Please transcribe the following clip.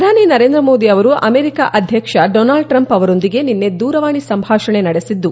ಪ್ರಧಾನಿ ನರೇಂದ್ರ ಮೋದಿ ಅವರು ಅಮೆರಿಕ ಅಧ್ಯಕ್ಷ ಡೊನಾಲ್ಡ್ ಟ್ರಂಪ್ ಅವರೊಂದಿಗೆ ನಿನ್ನೆ ದೂರವಾಣಿ ಸಂಭಾಷಣೆ ನಡೆಸಿದ್ದು